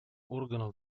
органов